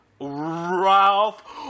Ralph